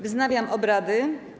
Wznawiam obrady.